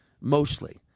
mostly